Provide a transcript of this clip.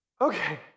Okay